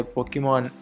Pokemon